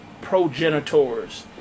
progenitors